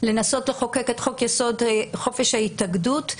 לנסות לחוקק את חוק-יסוד: חופש ההתאגדות,